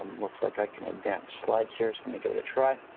looks like i can advance slideshare. so let me give it a try.